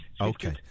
Okay